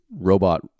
robot